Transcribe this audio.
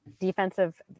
defensive